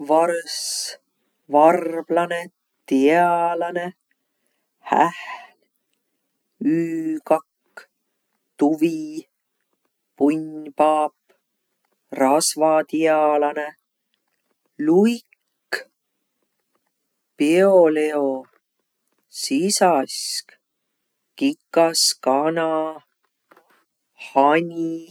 Varõs, varblanõ, tialanõ, hähn, üükakk, tuvi, punnpaap, rasvatialanõ, luik, pioleo, sisaskkikas, kana, hani.